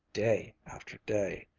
day after day.